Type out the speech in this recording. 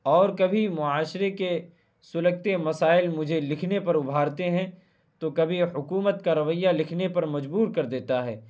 اور کبھی معاشرے کے سلگتے مسائل مجھے لکھنے پر ابھارتے ہیں تو کبھی حکومت کا رویہ لکھنے پر مجبور کر دیتا ہے